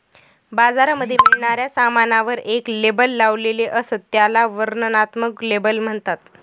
बाजारामध्ये मिळणाऱ्या सामानावर एक लेबल लावलेले असत, त्याला वर्णनात्मक लेबल म्हणतात